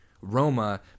Roma